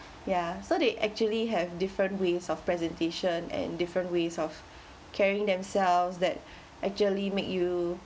ya so they actually have different ways of presentation and different ways of carrying themselves that actually make you